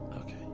Okay